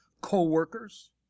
co-workers